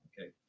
Okay